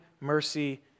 mercy